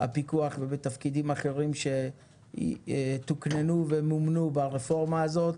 הפיקוח ובתפקידים אחרים שתוקננו ומומנו ברפורמה הזאת.